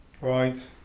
Right